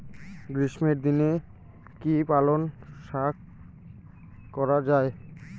গ্রীষ্মের দিনে কি পালন শাখ করা য়ায়?